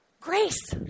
Grace